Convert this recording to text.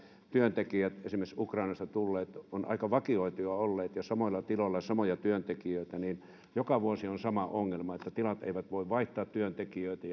työntekijät esimerkiksi ukrainasta tulleet ovat olleet aika vakioituja ja samoilla tiloilla on ollut samoja työntekijöitä joka vuosi on sama ongelma että tilat eivät voi vaihtaa työntekijöitä